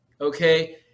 okay